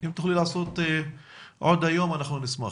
אם תוכלי לעשות זאת עוד היום אנחנו נשמח.